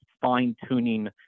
fine-tuning